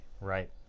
Right